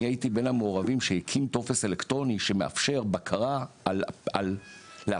אני הייתי בין המעורבים שהקים טופס אלקטרוני שמאפשר בקרה על לאפשר